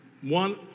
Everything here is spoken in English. one